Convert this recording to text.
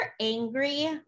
angry